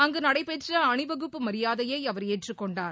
அங்கு நடைபெற்ற அணிவகுப்பு மரியாதையை அவர் ஏற்றுக் கொண்டார்